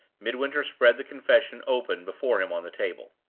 midwinter spread the confession open before him on the table.